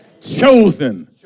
chosen